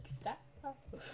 stop